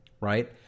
right